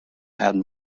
had